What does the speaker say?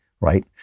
Right